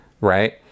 right